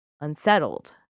unsettled